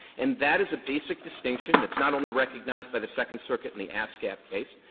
and that is a basic distinction that's not only recognized by the second circuit in the ascap case,